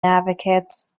advocates